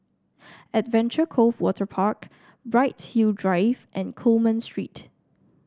Adventure Cove Waterpark Bright Hill Drive and Coleman Street